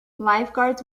lifeguards